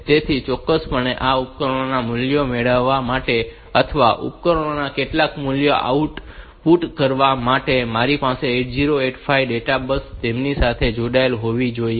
તેથી ચોક્કસપણે આ ઉપકરણોના મૂલ્યો મેળવવા માટે અથવા ઉપકરણોમાં કેટલાક મૂલ્યો આઉટપુટ કરવા માટે મારી પાસે 8085 ની ડેટા બસ તેમની સાથે જોડાયેલ હોવી જોઈએ